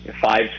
Five